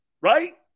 Right